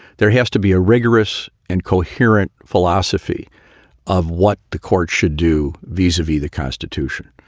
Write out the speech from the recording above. there has to be a rigorous and coherent philosophy of what the court should do vis-a-vis the constitution.